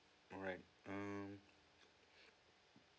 alright mm